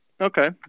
Okay